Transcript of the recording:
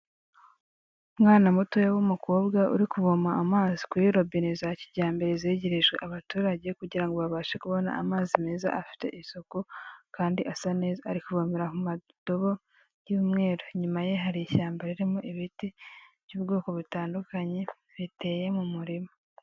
Umwana mutoya w'umukobwa uri kuvoma amazi kuri yo robine za kijyambere zegerejwe abaturage, kugira babashe kubona amazi meza afite isuku kandi asa neza, ari kuvomera mu madobo y'umweru inyuma ye hari ishyamba ririmo ibiti by'ubwoko butandukanye biteye m’umurima.